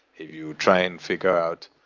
if you try and figure out,